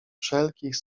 wszelkich